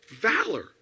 valor